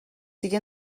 دیگه